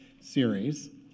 series